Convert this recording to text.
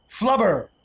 flubber